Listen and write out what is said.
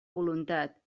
voluntat